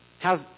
How's